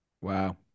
Wow